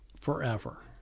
forever